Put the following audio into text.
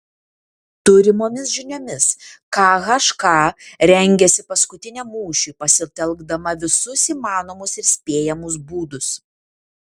turimomis žiniomis khk rengiasi paskutiniam mūšiui pasitelkdama visus įmanomus ir spėjamus būdus